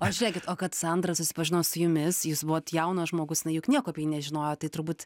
o žiūrėkit o kad sandra susipažino su jumis jūs buvot jaunas žmogus jinai juk nieko nežinojo tai turbūt